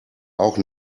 auch